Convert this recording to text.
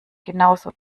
genauso